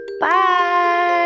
bye